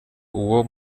uwo